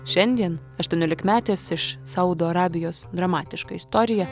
šiandien aštuoniolikmetės iš saudo arabijos dramatiška istorija